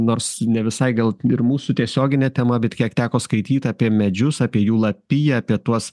nors ne visai gal ir mūsų tiesioginė tema bet kiek teko skaityt apie medžius apie jų lapiją apie tuos